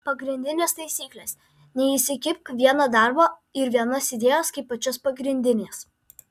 pagrindinės taisyklės neįsikibk vieno darbo ir vienos idėjos kaip pačios pagrindinės